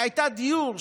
שהייתה דיור,